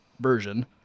version